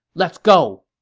let's go!